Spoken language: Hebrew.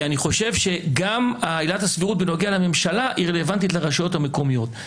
כי אני חושב שעילת הסבירות בנוגע לממשלה רלוונטית גם לרשויות המקומיות.